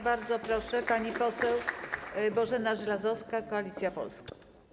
Bardzo proszę, pani poseł Bożena Żelazowska, Koalicja Polska.